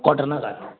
কটা নাগাদ